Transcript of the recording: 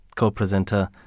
co-presenter